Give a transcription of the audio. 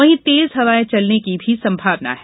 वहीं तेज हवाएं चलने की भी संभावना है